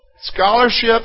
scholarship